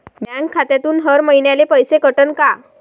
Bank खात्यातून हर महिन्याले पैसे कटन का?